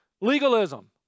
legalism